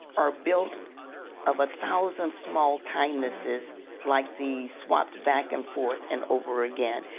are built of a thousand small kindnesses like these swapped back and forth and over again.